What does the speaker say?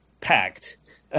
packed